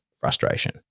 frustration